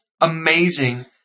amazing